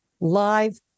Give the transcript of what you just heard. live